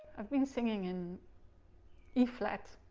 i've been singing in e flat.